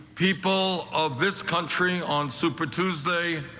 people of this country on super tuesday.